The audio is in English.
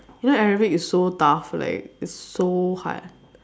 you know Arabic is so tough like it's so hard